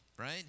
Right